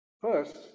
First